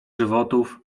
żywotów